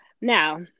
Now